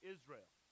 Israel